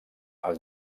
els